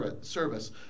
service